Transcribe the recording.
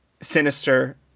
sinister